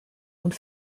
und